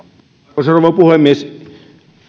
arvoisa rouva puhemies